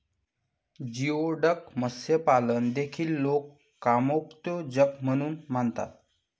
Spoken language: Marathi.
जिओडक मत्स्यपालन देखील लोक कामोत्तेजक म्हणून मानतात